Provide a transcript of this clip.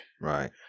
right